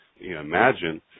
Imagine